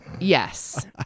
Yes